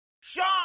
Shot